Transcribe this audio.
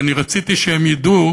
ואני רציתי שהם ידעו